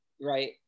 right